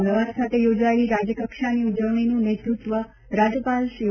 અમદાવાદ ખાતે યોજાયેલી રાજ્યકક્ષાની ઉજવણીનું નેતૃત્વ રાજ્યપાલ ઓ